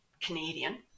Canadian